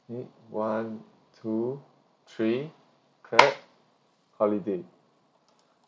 okay one two three holiday